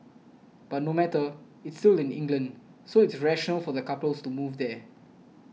but no matter it's still in England so it's rational for the couples to move there